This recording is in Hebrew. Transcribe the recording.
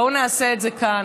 בואו נעשה את זה כאן.